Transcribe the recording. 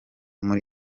muri